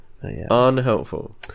Unhelpful